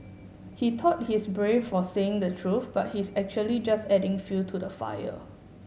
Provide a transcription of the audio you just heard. he thought he's brave for saying the truth but he's actually just adding fuel to the fire